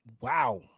Wow